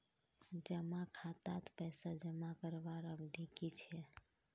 जमा खातात पैसा जमा करवार अवधि की छे?